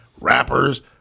rappers